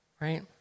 Right